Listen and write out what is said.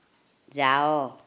ଯାଅ